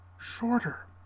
shorter